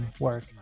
work